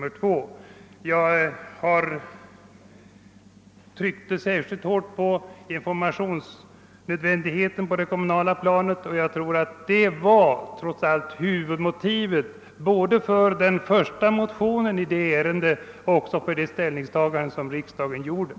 Jag underströk tidigare särskilt nödvändigheten av information på det kommunala planet. Jag tror trots allt att detta var huvudmotivet både för den första motionen angående kommunalt partistöd och även för riksdagens ställningstagande i den frågan.